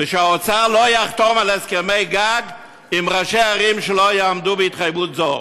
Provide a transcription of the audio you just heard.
ושהאוצר לא יחתום על הסכמי גג עם ראשי ערים שלא יעמדו בהתחייבות זו.